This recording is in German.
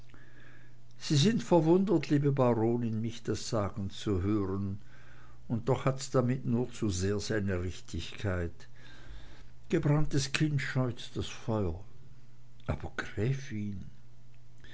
sie sind verwundert liebe baronin mich das sagen zu hören und doch hat's damit nur zu sehr seine richtigkeit gebranntes kind scheut das feuer aber gräfin